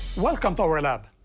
welcome to our lab.